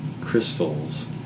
crystals